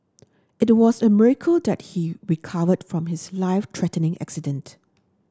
it was a miracle that he recovered from his life threatening accident